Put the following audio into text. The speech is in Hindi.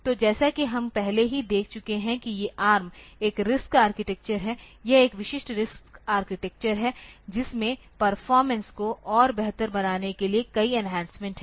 तो जैसा कि हम पहले ही देख चुके हैं कि ये ARM एक RISC आर्किटेक्चर है यह एक विशिष्ट RISC आर्किटेक्चर है जिसमें परफॉरमेंस को और बेहतर बनाने के लिए कई एन्हांसमेंट्स हैं